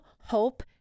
hope